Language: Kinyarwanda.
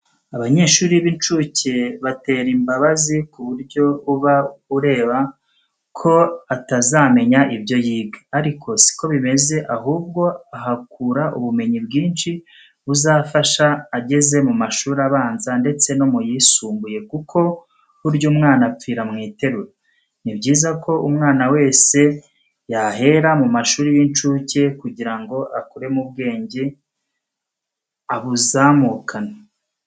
Abanyeshuri b'incuke batera imbabazi ku buryo uba ureba ko atazamenya ibyo yiga. Ariko si ko bimeze ahubwo ahakura ubumenyi bwinshi buzamufasha ageze mu mashuri abanza ndetse no mu yisumbuye kuko burya umwana apfira mu iterura. Ni byiza ko umwana wese yahera mu mashuri y'incuke kugira ngo akure mu bwenge abuzamukane.